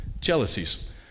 jealousies